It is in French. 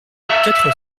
quatre